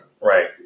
right